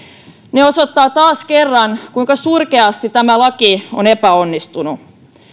ne osoittavat taas kerran kuinka surkeasti tämä laki on epäonnistunut